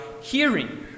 hearing